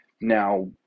Now